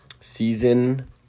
season